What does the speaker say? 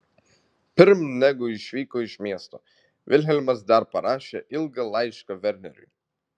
pirm negu išvyko iš miesto vilhelmas dar parašė ilgą laišką verneriui